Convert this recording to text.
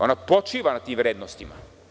Ona počiva na tim vrednostima.